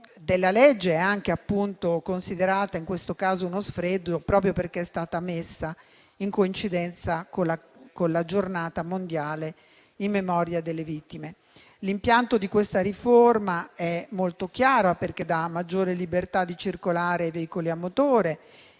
legge è considerata in questo caso uno sfregio proprio perché è stata messa in coincidenza con la Giornata mondiale in memoria delle vittime. L'impianto di questa riforma è molto chiaro, perché dà maggiore libertà di circolare ai veicoli a motore,